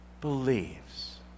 believes